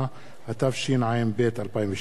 התשע"ב 2012,